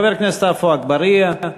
חבר הכנסת עפו אגבאריה,